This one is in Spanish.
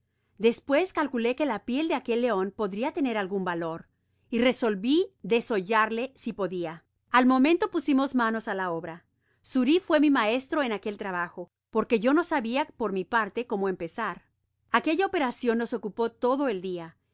despues calculé que la piel de aquel leen podria tener algun valor y resolví desollarle si podia al momento pusimos manos á la obra xuri fué mi maestro en aquel trabajo porque yo no sabia por mi parte cómo empezar aquella operacion nos ocupó todo el dia